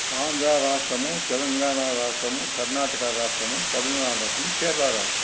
ఆంధ్రా రాష్ట్రము తెలంగాణ రాష్ట్రము కర్ణాటక రాష్ట్రము తమిళనాడు రాష్ట్రము కేరళ రాష్ట్రము